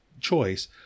choice